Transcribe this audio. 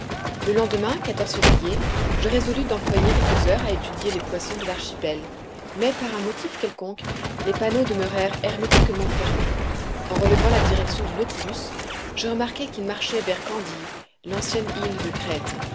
le lendemain février je résolus d'employer quelques heures à étudier les poissons de l'archipel mais par un motif quelconque les panneaux demeurèrent hermétiquement fermés en relevant la direction du nautilus je remarquai qu'il marchait vers candie l'ancienne île de crète